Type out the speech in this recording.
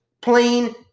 plain